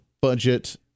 budget